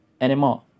anymore